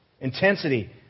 Intensity